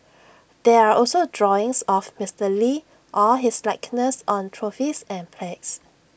there are also drawings of Mister lee or his likeness on trophies and plagues